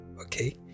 Okay